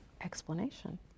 explanation